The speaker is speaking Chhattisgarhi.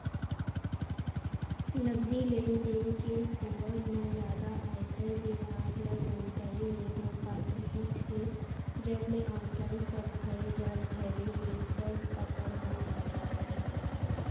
नगदी लेन देन के होवब म जादा आयकर बिभाग ल जानकारी नइ हो पात रिहिस हे जब ले ऑनलाइन सब होय बर धरे हे सब पकड़ म आ जात हे